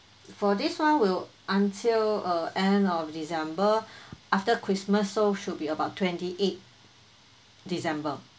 for this one will until uh end of december after christmas so should be about twenty eight december